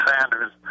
Sanders